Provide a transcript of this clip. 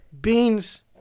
beans